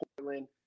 Portland